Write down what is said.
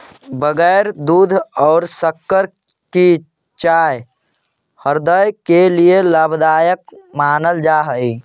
बगैर दूध और शक्कर की चाय हृदय के लिए लाभदायक मानल जा हई